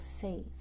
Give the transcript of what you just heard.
faith